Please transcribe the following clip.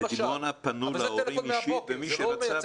בדימונה פנו להורים אישית ומי שרצה,